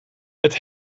het